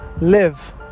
Live